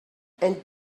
and